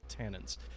tannins